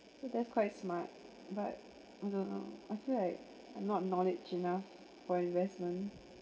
so that's quite smart but the I feel like I'm not knowledge enough for investment